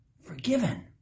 forgiven